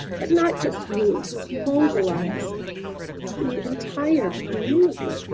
but not just you, you've mobilized the entire community.